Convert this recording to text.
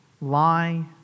lie